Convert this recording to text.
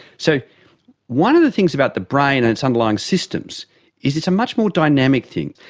so one of the things about the brain and its underlying systems is it's a much more dynamic thing.